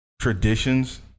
traditions